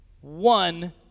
one